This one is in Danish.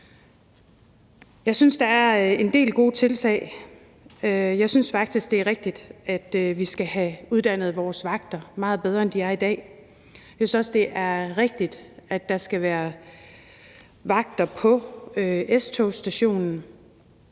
Jeg synes, der er en del gode tiltag. Jeg synes faktisk, det er rigtigt, at vi skal have uddannet vores vagter meget bedre, end de er i dag, og jeg synes også, det er rigtigt, at der skal være vagter på S-togsstationen.